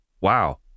wow